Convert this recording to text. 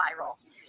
viral